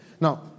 Now